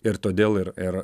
ir todėl ir ir